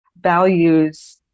values